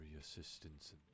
assistance